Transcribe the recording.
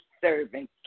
serving